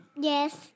Yes